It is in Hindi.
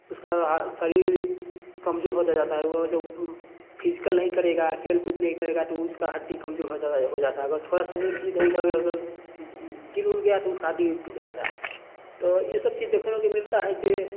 उसका शरीर कमजोर होता जाता है वो जो फिजिकल नहीं करेगा खेलकूद नहीं करेगा तो उसकी हड्डी कमजोर हो जाता है हो जाता है अगर थोड़ा सा भी इधर उधर गिर उर गया तो उसका हड्डी टूट जाता है तो ये सब चीज देखो मिलता है जो